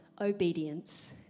obedience